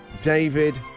David